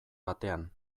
batean